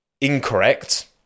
Incorrect